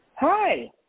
Hi